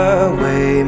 away